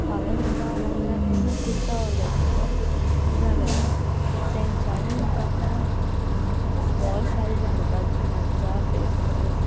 हांवें एकदां online kurta order केल्लो जाल्यार तेंच्यांनी म्हाका स्मॉल साइज धाडपाक